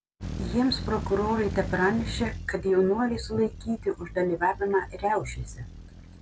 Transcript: jiems prokurorai tepranešė kad jaunuoliai sulaikyti už dalyvavimą riaušėse